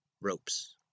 ropes